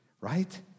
Right